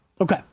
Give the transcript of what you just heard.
Okay